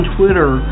Twitter